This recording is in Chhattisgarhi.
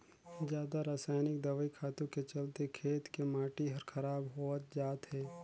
जादा रसायनिक दवई खातू के चलते खेत के माटी हर खराब होवत जात हे